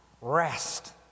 rest